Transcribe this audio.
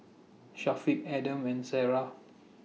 Syafiq Adam and Sarah